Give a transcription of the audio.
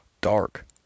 dark